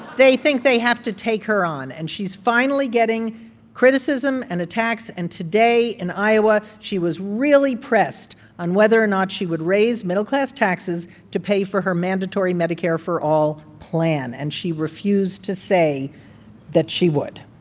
they think they have to take her on. and she's finally getting criticism and attacks. and today in iowa she was really pressed on whether or not she would raise middle class taxes to pay for her mandatory medicare for all plan, and she refused to say that she would.